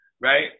right